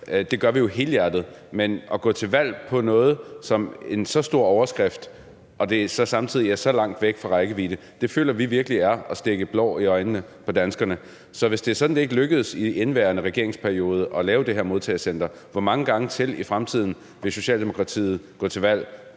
Det gør vi helhjertet. Men at gå til valg på en så stor overskrift, når det så samtidig er så langt væk fra rækkevidde, føler vi virkelig er at stikke blår i øjnene på danskerne. Så hvis det er sådan, at det ikke lykkes i indeværende regeringsperiode at lave det her modtagecenter, hvor mange gange mere i fremtiden vil Socialdemokratiet gå til valg